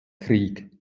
krieg